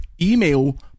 email